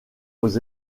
aux